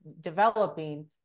developing